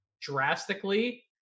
drastically